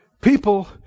People